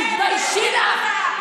תתביישי לך.